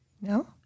No